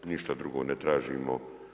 Ništa drugo ne tražimo.